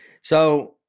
So-